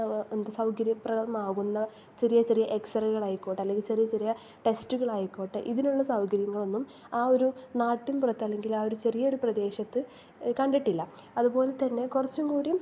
എന്ത് സൗകര്യപ്രദമാകുന്ന ചെറിയ ചെറിയ എക്സറേകൾ ആയിക്കോട്ടെ അല്ലെങ്കിൽ ചെറിയ ചെറിയ ടെസ്റ്റുകൾ ആയിക്കോട്ടെ ഇതിനുള്ള സൗകര്യങ്ങളൊന്നും ആ ഒരു നാട്ടിൻപുറത്ത് അല്ലെങ്കിൽ ആ ഒരു ചെറിയൊരു പ്രദേശത്ത് കണ്ടിട്ടില്ല അതുപോലെ തന്നെ കുറച്ചും കൂടിയും